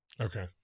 Okay